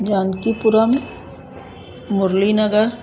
Jankipuram Murli Nagar